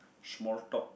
small talk